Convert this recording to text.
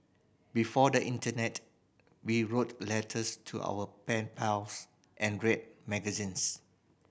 before the internet we wrote letters to our pen pals and read magazines